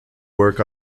work